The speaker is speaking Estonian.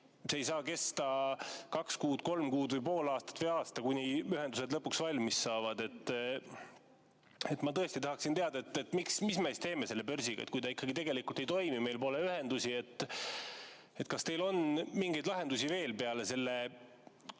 See ei saa kesta kaks kuud, kolm kuud või pool aastat või aasta, kuni ühendused lõpuks valmis saavad. Ma tõesti tahaksin teada, mis me siis teeme selle börsiga, kui ta ikkagi tegelikult ei toimi, meil pole ühendusi. Kas teil on mingeid lahendusi veel peale selle